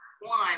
one